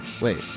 wait